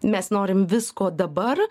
mes norim visko dabar